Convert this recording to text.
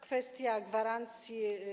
Kwestia gwarancji.